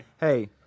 Hey